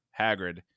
Hagrid